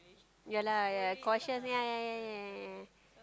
ya lah ya cautious ya ya ya ya ya